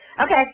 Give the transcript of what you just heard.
Okay